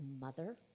mother